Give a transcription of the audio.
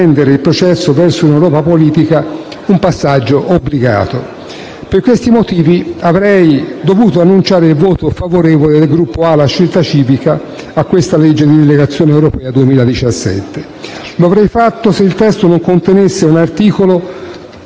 talmente sviluppata da rendere il processo verso un'Europa politica un passaggio obbligato. Per questi motivi avrei dovuto dichiarare il voto favorevole del Gruppo ALA - Scelta Civica a questa legge di delegazione europea 2017.